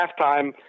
halftime